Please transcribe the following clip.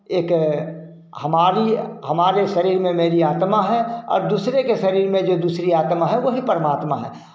एक हमारी हमारे शरीर में मेरी आत्मा है और दूसरे के शरीर में जो दूसरी आत्मा है वो है परमात्मा है